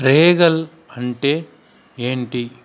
Regal అంటే ఏంటి